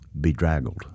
Bedraggled